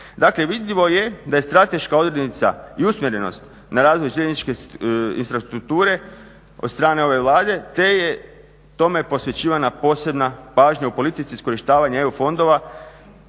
vidljivo je da je strateška odrednica i usmjerenost na razvoj željezničke infrastrukture od strane ove Vlade te je tome posvećivana posebna pažnja u politici iskorištavanja EU fondova